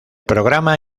programa